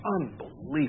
unbelievable